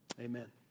amen